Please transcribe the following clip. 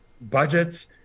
budgets